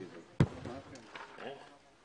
בוקר טוב.